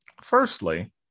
Firstly